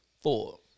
four